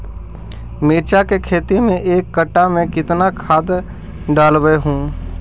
मिरचा के खेती मे एक कटा मे कितना खाद ढालबय हू?